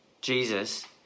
Jesus